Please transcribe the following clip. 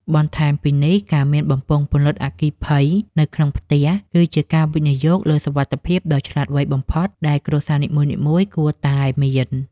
បន្ថែមពីនេះ ការមានបំពង់ពន្លត់អគ្គិភ័យនៅក្នុងផ្ទះ គឺជាការវិនិយោគលើសុវត្ថិភាពដ៏ឆ្លាតវៃបំផុតដែលគ្រួសារនីមួយៗគួរតែមាន។